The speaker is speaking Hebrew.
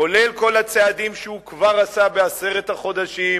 כולל כל הצעדים שהוא כבר עשה בעשרת החודשים,